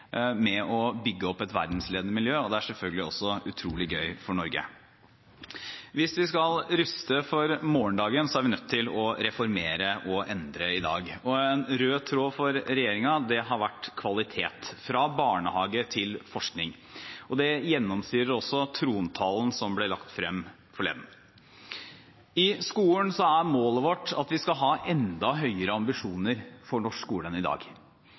med å bygge opp et verdensledende miljø. Det er selvfølgelig også utrolig gøy for Norge. Hvis vi skal ruste oss for morgendagen, er vi nødt til å reformere og endre i dag. En rød tråd for regjeringen har vært kvalitet – fra barnehage til forskning. Det gjennomsyret også trontalen som ble holdt forleden. Målet vårt er at vi skal ha enda høyere ambisjoner for norsk skole enn i dag.